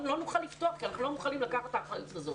לא נוכל לפתוח כי אנחנו לא מוכנים לקחת את האחריות הזאת.